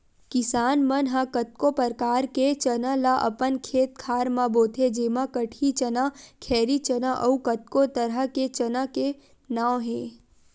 किसान मन ह कतको परकार के चना ल अपन खेत खार म बोथे जेमा कटही चना, खैरी चना अउ कतको तरह के चना के नांव हे